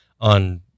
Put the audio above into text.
On